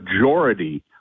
majority